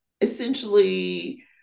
essentially